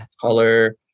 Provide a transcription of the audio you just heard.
color